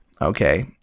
okay